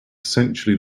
essentially